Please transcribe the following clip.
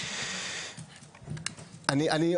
אני,